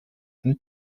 eine